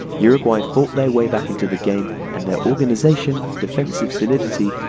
uruguay fought their way back into the game and their organisation, defensive solidity,